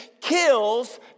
kills